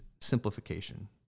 simplification